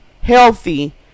healthy